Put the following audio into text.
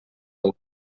del